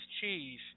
cheese